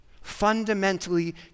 Fundamentally